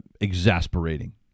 exasperating